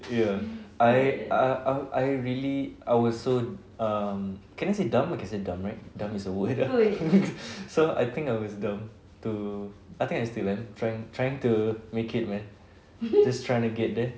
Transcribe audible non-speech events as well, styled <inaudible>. ya I I I I really I was so um can I say dumb I can say dumb right dumb is a word <laughs> so I think I was dumb to I think I still am trying trying to make it man just trying to get there